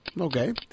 Okay